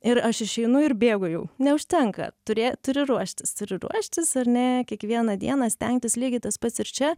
ir aš išeinu ir bėgu jau neužtenka turė turi ruoštis turi ruoštis ar ne kiekvieną dieną stengtis lygiai tas pats ir čia